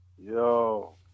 Yo